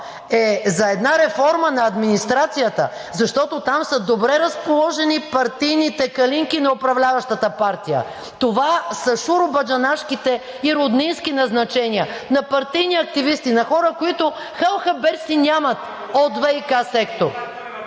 е за една реформа на администрацията, защото там са добре разположени партийните калинки на управляващата партия. Това са шуробаджанашките и роднински назначения, на партийни активисти, на хора, които хал хабер си нямат от ВиК сектора.